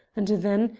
and then,